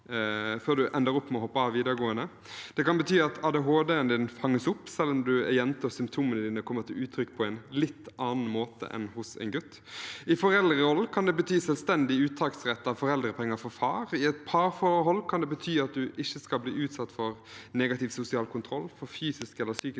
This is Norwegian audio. før du ender opp med å hoppe av videregående. Det kan bety at ADHD-en din fanges opp selv om du er jente og symptomene dine kommer til uttrykk på en litt annen måte enn hos en gutt. I foreldrerollen kan det bety selvstendig uttaksrett av foreldrepenger for far. I et parforhold kan det bety at du ikke skal bli utsatt for negativ sosial kontroll, for fysisk eller psykisk